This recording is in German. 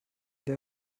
der